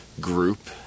group